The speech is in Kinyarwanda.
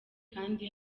kandi